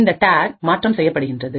இந்த டாக் மாற்றம் செய்யப்படுகின்றது